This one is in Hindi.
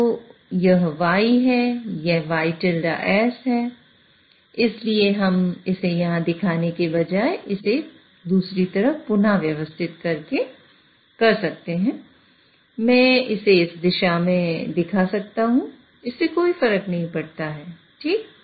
तो यह y है यह इसलिए हम इसे यहाँ दिखाने के बजाय इसे दूसरी तरफ पुनः व्यवस्थित कर सकते हैं मैं इसे इस दिशा में दिखा सकता हूँ इससे कोई फर्क नहीं पड़ता है ठीक